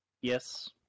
Yes